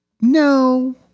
no